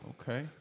okay